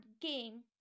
game